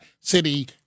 City